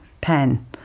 pen